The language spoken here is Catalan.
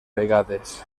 vegades